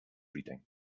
reading